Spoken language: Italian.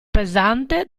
pesante